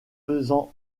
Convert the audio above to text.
faisant